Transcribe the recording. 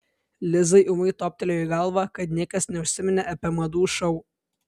lizai ūmai toptelėjo į galvą kad niekas neužsiminė apie madų šou